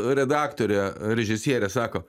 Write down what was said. redaktorė režisierė sako